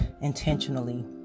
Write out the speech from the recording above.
intentionally